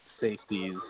safeties